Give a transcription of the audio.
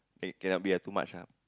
cannot be ah too much ah